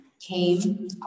came